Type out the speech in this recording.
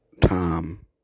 time